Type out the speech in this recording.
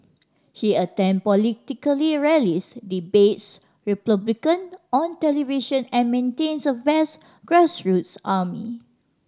he attend political rallies debates Republicans on television and maintains a vast grassroots army